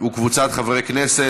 וקבוצת חברי הכנסת.